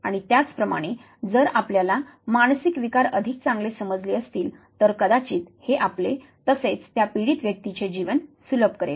आणि त्याचप्रमाणे जर आपल्याला मानसिक विकार अधिक चांगले समजले असतील तर कदाचित हे आपले तसेच त्या पीडित व्यक्तीचे जीवन सुलभ करेल